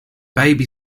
baby